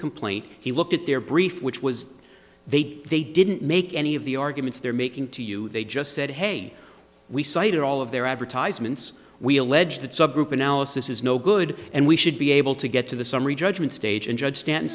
complaint he looked at their brief which was they did they didn't make any of the arguments they're making to you they just said hey we cited all of their advertisements we allege that subgroup analysis is no good and we should be able to get to the summary judgment stage and judge stanton